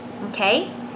okay